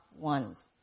ones